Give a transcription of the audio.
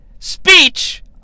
speech